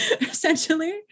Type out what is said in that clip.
essentially